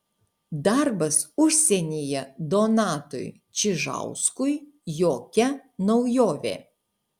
darbas užsienyje donatui čižauskui jokia naujovė